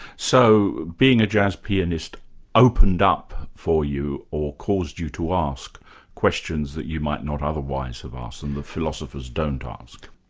so being a jazz pianist opened up for you, or caused you to ask questions that you might not otherwise have asked, and that philosophers don't ah ask?